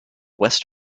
west